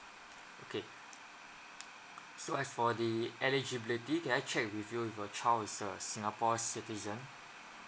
okay so as for the eligibility can I check with you if your child is a singapore citizen